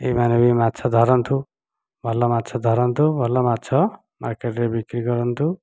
ଏଇମାନେ ବି ମାଛ ଧରନ୍ତୁ ଭଲ ମାଛ ଧରନ୍ତୁ ଭଲ ମାଛ ମାର୍କେଟ୍ ରେ ବିକ୍ରି କରନ୍ତୁ